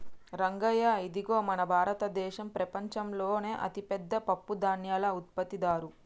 రంగయ్య ఇదిగో మన భారతదేసం ప్రపంచంలోనే అతిపెద్ద పప్పుధాన్యాల ఉత్పత్తిదారు